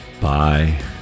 Bye